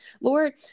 Lord